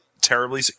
terribly